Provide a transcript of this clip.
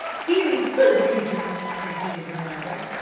very good reasons, repeated her mother.